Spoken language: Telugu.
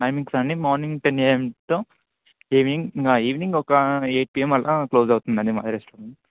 టైమింగ్సా అండి morning ten AM to evening evening ఒక ఎయిట్ పీఎమ్ అలా క్లోజ్ అవుతుంది అండి మా రెస్టారెంట్